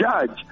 judge